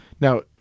Now